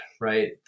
right